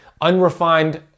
Unrefined